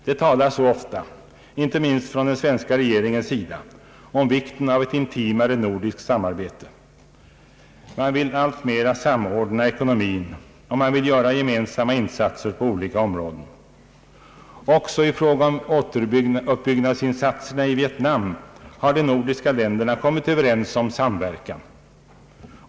Det talas så ofta, inte minst från den svenska regeringens sida, om vikten av ett intimare nordiskt samarbete. Man vill alltmera samordna ekonomin och man vill göra gemensamma insatser på olika områden. Också i fråga om återuppbyggnadsinsatserna i Vietnam har de nordiska länderna kommit överens om samverkan.